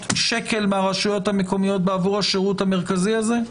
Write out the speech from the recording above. שקל מהרשויות המקומיות עבור השירות המרכזי הזה?